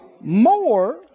More